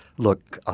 look,